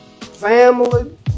family